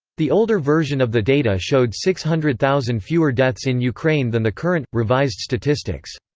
the older version of the data showed six hundred thousand fewer deaths in ukraine than the current, revised statistics.